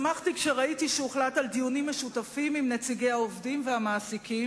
שמחתי כשראיתי שהוחלט על דיונים משותפים עם נציגי העובדים והמעסיקים.